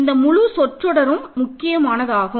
இந்த முழு சொற்றொடரும் முக்கியமானதாகும்